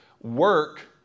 Work